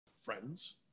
friends